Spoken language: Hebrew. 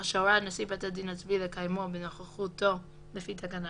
שהורה נשיא בית הדין הצבאי לקיימו בנוכחותו לפי תקנה